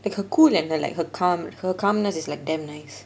like her cool and like her calm~ her calmness is like damn nice